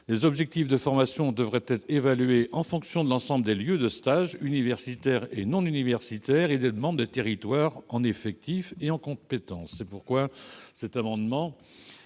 Les objectifs de formation devraient être évalués en fonction de l'ensemble des lieux de stage universitaires et non universitaires et des demandes des territoires en effectifs et en compétences. Cet amendement